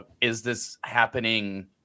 is-this-happening